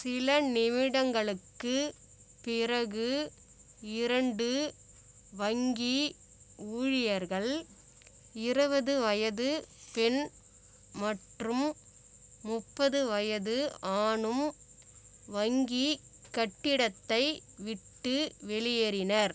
சில நிமிடங்களுக்குப் பிறகு இரண்டு வங்கி ஊழியர்கள் இருவது வயது பெண் மற்றும் முப்பது வயது ஆணும் வங்கிக் கட்டிடத்தை விட்டு வெளியேறினர்